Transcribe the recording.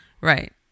right